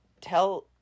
tell